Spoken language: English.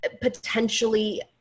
potentially